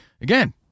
again